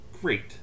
great